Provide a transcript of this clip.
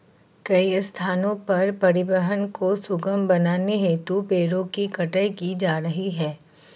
कई स्थानों पर परिवहन को सुगम बनाने हेतु पेड़ों की कटाई की जा रही है